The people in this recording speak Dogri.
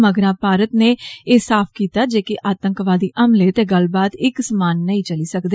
मगरा भारत ने एह साफ किता ऐ जे आतंकवादी हमले ते गल्लबात इक समान नेई चली सकदी